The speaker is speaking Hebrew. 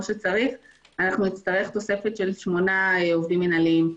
שצריך נצטרך תוספת של שמונה עובדים מינהליים.